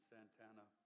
Santana